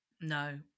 No